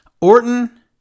Orton